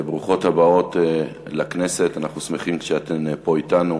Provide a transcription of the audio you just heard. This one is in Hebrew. ברוכות הבאות לכנסת, אנחנו שמחים כשאתן פה אתנו.